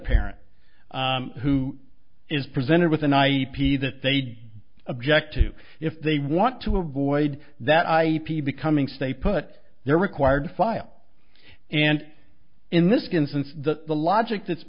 parent who is presented with an i p that they'd object to if they want to avoid that i p becoming stay put they're required to file and in this instance that the logic that's